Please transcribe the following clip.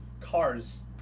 Cars